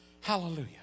Hallelujah